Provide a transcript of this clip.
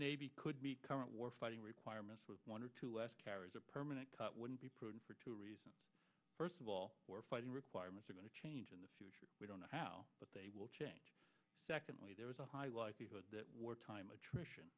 navy could meet current war funding requirements with one or two less carriers a permanent cut wouldn't be prudent for two reasons first of all we're fighting requirements are going to change in the future we don't know how but they will change secondly there is a high likelihood that wartime attrition